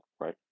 right